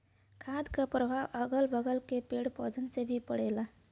खाद क परभाव अगल बगल के पेड़ पौधन पे भी पड़ला